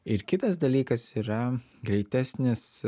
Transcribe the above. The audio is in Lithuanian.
ir kitas dalykas yra greitesnis